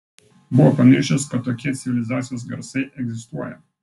buvo pamiršęs kad tokie civilizacijos garsai egzistuoja